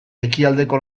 ekialdeko